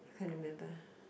I can't remember ah